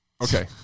Okay